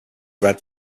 red